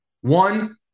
one